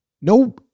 no